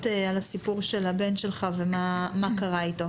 על הסיפור של הבן שלך ומה קרה איתו.